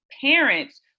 parents